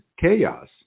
chaos